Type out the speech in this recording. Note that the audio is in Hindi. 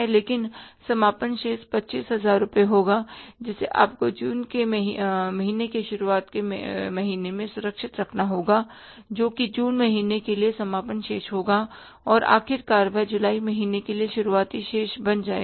लेकिन समापन शेष 25000 रुपये होगा जिसे आपको जून की शुरुआत के महीने में सुरक्षित रखना होगा जो कि जून महीने के लिए समापन शेष होगा और आखिरकार वह जुलाई महीने के लिए शुरुआती शेष बन जाएगा